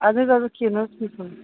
اَدٕ حظ اَدٕ حظ کیٚنٛہہ نہَ حظ چھُنہٕ